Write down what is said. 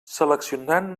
seleccionant